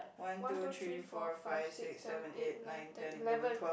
one two three four five six seven eight nine ten eleven